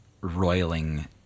roiling